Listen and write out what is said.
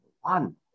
one